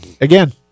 Again